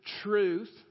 truth